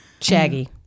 Shaggy